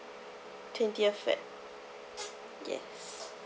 twentieth feb yes